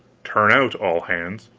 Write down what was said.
turn out, all hands!